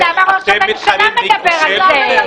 אז למה את לא מדברת?